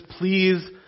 please